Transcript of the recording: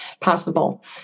possible